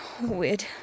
Weird